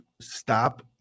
Stop